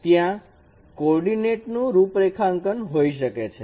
ત્યાં કોઓર્ડીનેટ નું રૂપરેખાંકન હોઈ શકે છે